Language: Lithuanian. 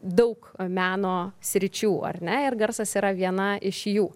daug meno sričių ar ne ir garsas yra viena iš jų